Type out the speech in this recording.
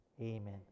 Amen